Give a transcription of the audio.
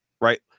right